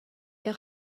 est